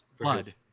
Blood